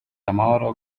amahoro